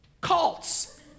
Cults